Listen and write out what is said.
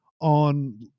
on